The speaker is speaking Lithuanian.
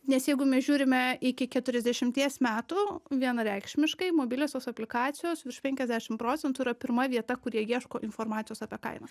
nes jeigu mes žiūrime iki keturiasdešimties metų vienareikšmiškai mobiliosios aplikacijos virš penkiasdešim procentų yra pirma vieta kur jie ieško informacijos apie kainą